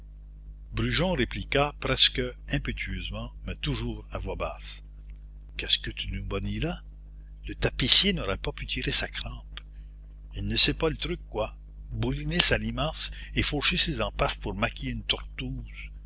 brujon répliqua presque impétueusement mais toujours à voix basse qu'est-ce que tu nous bonis là le tapissier n'aura pas pu tirer sa crampe il ne sait pas le truc quoi bouliner sa limace et faucher ses empaffes pour maquiller une tortouse